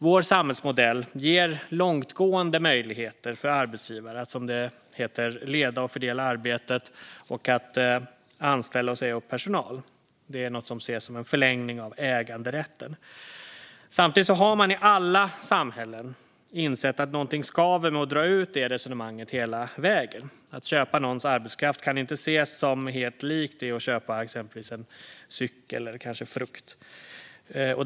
Vår samhällsmodell ger långtgående möjligheter för arbetsgivare att, som det heter, leda och fördela arbetet och att anställa och säga upp personal. Det är något som ses som en förlängning av äganderätten. Samtidigt har man i alla samhällen insett att något skaver med att dra ut det resonemanget hela vägen. Att köpa någons arbetskraft kan inte ses som helt likt att köpa till exempel en cykel eller frukt.